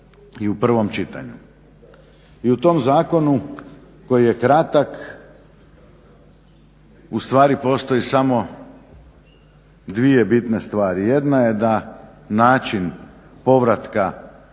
i u prvom čitanju. I u tom zakonu koji je kratak u stvari postoje samo dvije bitne stvari. Jedna je da način povratka